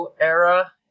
era